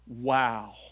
Wow